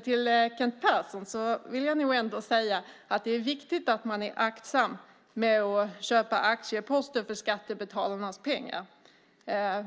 Till Kent Persson vill jag säga att det är viktigt att man är aktsam med att köpa aktieposter för skattebetalarnas pengar.